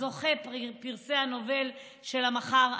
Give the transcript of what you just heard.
זוכי פרסי הנובל של המחר,